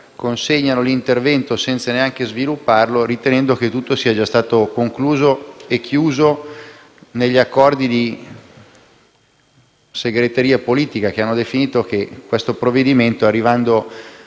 consegnano l'intervento senza neanche svilupparlo, ritenendo che tutto sia già stato stabilito negli accordi di segreteria politica che hanno definito che questo provvedimento, arrivando